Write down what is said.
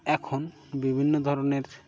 এখন বিভিন্ন ধরনের